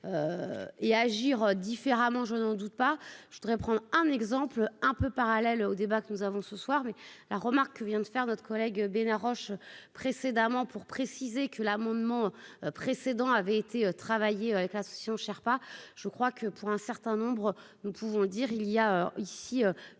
et à agir différemment, je n'en doute pas, je voudrais prendre un exemple un peu parallèle au débat que nous avons ce soir mais la remarque que vient de faire notre collègue Bernard Roche précédemment pour préciser que l'amendement précédent avait été travailler avec l'association Sherpa, je crois que pour un certain nombre, nous pouvons dire il y a ici